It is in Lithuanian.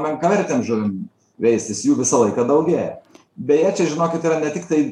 menkavertėm žuvim veistis jų visą laiką daugėja beje čia žinokit yra tiktai